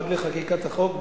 עד לחקיקת החוק,